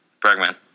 Bregman